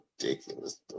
ridiculous